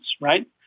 right